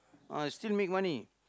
ah still make money